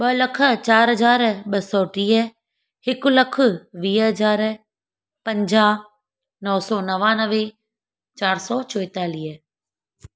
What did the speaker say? ॿ लख चार हज़ार ॿ सौ टीह हिकु लखु वीह हज़ार पंजाह नव सौ नवानवे चार सौ चोएतालीह